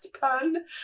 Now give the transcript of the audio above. Pun